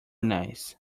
nice